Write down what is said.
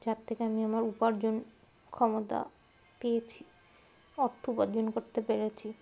যার থেকে আমি আমার উপার্জন ক্ষমতা পেয়েছি অর্থ উপার্জন করতে পেরেছি